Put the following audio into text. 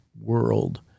world